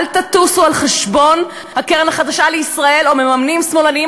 אל תטוסו על חשבון הקרן החדשה לישראל או מממנים שמאלניים